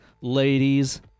ladies